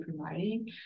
providing